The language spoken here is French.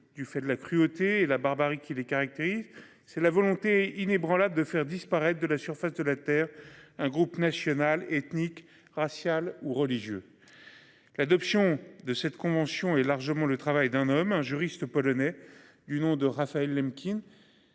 du fait de la cruauté et la barbarie qui les caractérise c'est la volonté inébranlable de faire disparaître de la surface de la Terre, un groupe national, ethnique, racial ou religieux. L'adoption de cette convention est largement, le travail d'un homme un juriste polonais du nom de Raphaël Linkin.